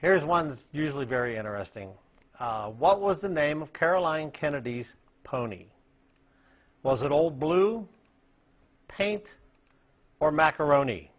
here's one that's usually very interesting what was the name of caroline kennedy's pony was it old blue paint or macaroni